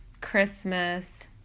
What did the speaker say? Christmas